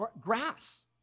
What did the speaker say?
grass